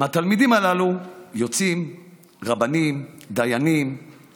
ייעודי לעצמאים בעלות של 3.8 מיליארד ש"ח.